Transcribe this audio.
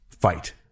Fight